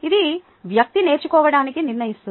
అది వ్యక్తి నేర్చుకోవడాన్ని నిర్ణయిస్తుంది